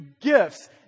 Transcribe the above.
gifts